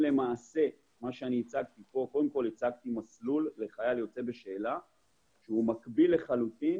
הצגתי פה מסלול לחייל יוצא בשאלה שמקביל לחלוטין